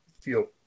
feel